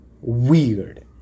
weird